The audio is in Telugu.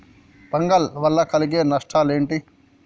ఫంగల్ వల్ల కలిగే నష్టలేంటి?